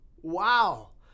Wow